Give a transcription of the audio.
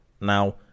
Now